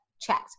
checked